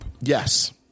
Yes